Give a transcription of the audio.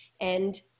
And-